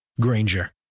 Granger